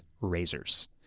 razors